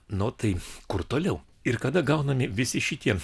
nu tai kur toliau ir kada gaunami visi šitie